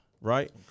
right